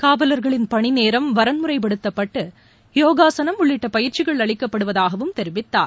காவலர்களின் பணி நேரம் வரன்முறைப்படுத்தப்பட்டு யோகாசனம் உள்ளிட்ட பயிற்சிகள் அளிக்கப்படுவதாகவும் தெரிவித்தார்